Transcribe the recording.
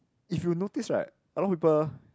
if you notice right a lot people